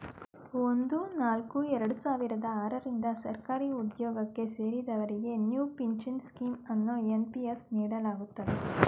ಒಂದು ನಾಲ್ಕು ಎರಡು ಸಾವಿರದ ಆರ ರಿಂದ ಸರ್ಕಾರಿಉದ್ಯೋಗಕ್ಕೆ ಸೇರಿದವರಿಗೆ ನ್ಯೂ ಪಿಂಚನ್ ಸ್ಕೀಂ ಅನ್ನು ಎನ್.ಪಿ.ಎಸ್ ನೀಡಲಾಗುತ್ತದೆ